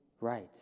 right